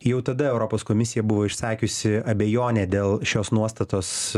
jau tada europos komisija buvo išsakiusi abejonę dėl šios nuostatos